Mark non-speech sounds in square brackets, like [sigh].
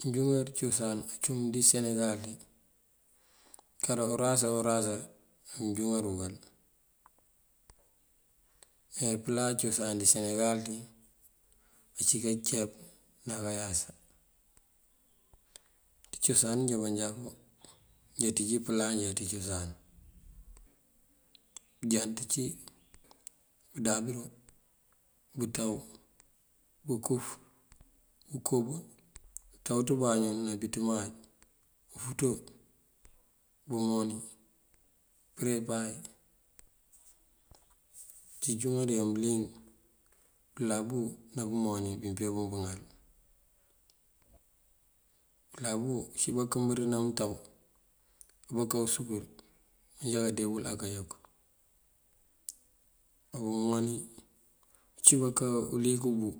Bënjúŋ cosan acum dí senegal ţí kar urasa o urasa amënjúŋar wël. Epëla cosan dí senegal ţí ací kanceep ná kayása. Ţí cosan njí manjakú undëţíj pëlaña ţí cosan: bëjánt cí, bëlabu, bëntaw, ukuf, unkub, [unintelligible] ufúuţo, bëmoni, përe páay. Ţí injúŋar yaŋ bëliyëng bëlabu ná bëmoni wí mëmpee wun pëŋal. Bëlabu uncí këmbërinan mëntaw ná usúkar manjá kandee wël akayok. Bëmoni uncí aká uliyëk ubúu